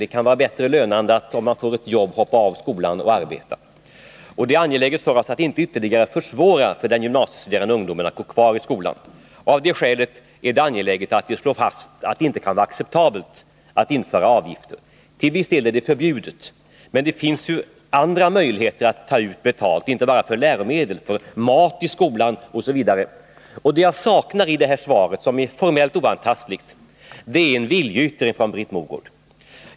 Det kan vara mer lönande att, om de får ett jobb, hoppa av skolan och börja arbeta. Det är angeläget för oss att inte ytterligare försvåra för den gymnasiestuderande ungdomen att gå kvar i skolan. Av det skälet är det viktigt att vi slår fast att det inte är acceptabelt att införa avgifter. Till viss del är det också förbjudet. Det finns andra möjligheter att ta betalt, inte bara i fråga om läromedel utan även för mat i skolan osv. Det jag saknar i svaret, som är formellt oantastligt, är en viljeyttring från Britt Mogård.